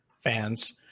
fans